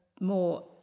more